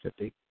50